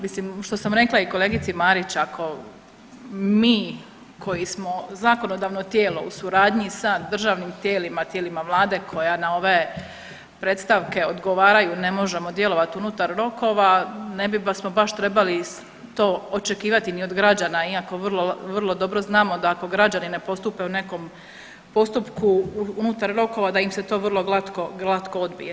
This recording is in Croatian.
Mislim, što sam rekla i kolegici Marić, ako mi koji smo zakonodavno tijelo u suradnji sa državnim tijelima, tijelima Vlade koja na ove predstavke odgovaraju, ne može djelovati unutar rokova, ne bi baš trebali to očekivati ni od građana iako vrlo dobro znamo da ako građani ne postupe u nekom postupku unutar rokova, da im se to vrlo glatko odbije.